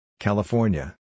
California